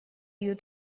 you